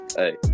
hey